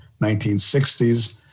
1960s